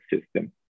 system